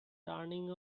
turning